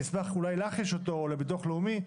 אשמח אולי לך יש אותו או לביטוח הלאומי.